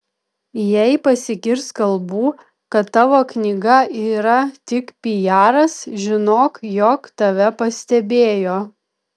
jei pasigirs kalbų kad tavo knyga yra tik pijaras žinok jog tave pastebėjo